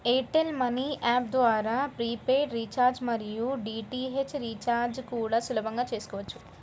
air tell money app ద్వారా prepaid recharge మరియు DTH recharge కూడా సులభంగా చేసుకోవచ్చు